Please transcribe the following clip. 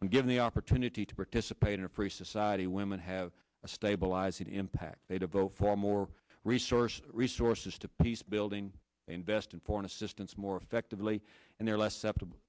when given the opportunity to participate in a free society women have a stabilizing impact they devote for more resources resources to peace building invest in foreign assistance more effectively and their less s